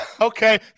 okay